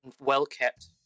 well-kept